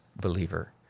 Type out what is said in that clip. believer